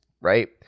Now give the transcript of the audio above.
right